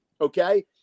okay